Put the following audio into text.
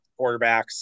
quarterbacks